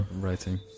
writing